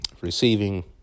Receiving